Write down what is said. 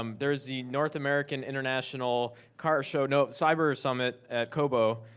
um there's the north american international car show note cyber summit at kobo.